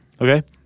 Okay